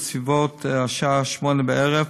בסביבות השעה 20:00,